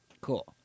Cool